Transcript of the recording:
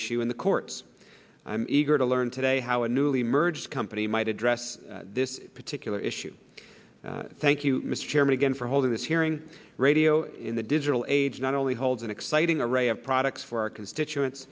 issue in the courts i'm eager to learn today how a newly merged company might address this particular issue thank you mr chairman again for holding this hearing radio in the digital age not only holds an exciting array of products for our constituents